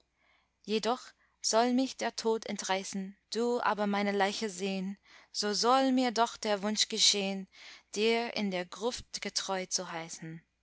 jedoch soll mich der tod entreißen du aber meine leiche sehn so soll mir doch der wunsch geschehn dir in der gruft getreu zu heißen